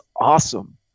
awesome